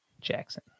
Jackson